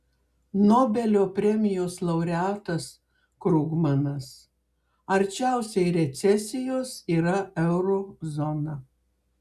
nobelio premijos laureatas krugmanas arčiausiai recesijos yra euro zona